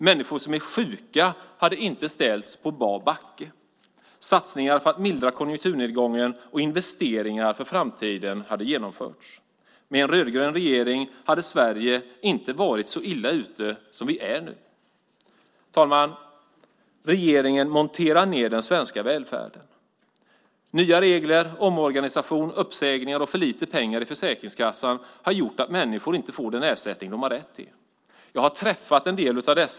Människor som är sjuka hade inte ställts på bar backe. Satsningar på att mildra konjunkturnedgången och investeringar för framtiden hade genomförts. Med en rödgrön regering hade Sverige inte varit så illa ute som vi är nu. Herr talman! Regeringen monterar ned den svenska välfärden. Nya regler, omorganisation, uppsägningar och för lite pengar i Försäkringskassan har gjort att människor inte får den ersättning som de har rätt till. Jag har träffat en del av dem.